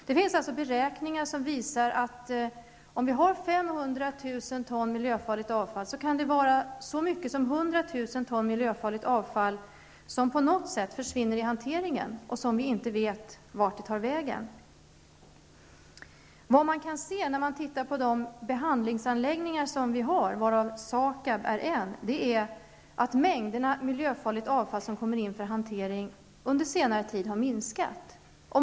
Det finns alltså beräkningar som visar att av 500 000 ton miljöfarligt avfall kan det vara så mycket som 100 000 ton som på något sätt försvinner i hanteringen och som man inte vet vart det tar vägen. När man ser på de behandlingsanläggningar som finns -- varav SAKAB är en -- visar det sig att mängderna miljöfarligt avfall som kommer in för hantering under senare tid har minskat.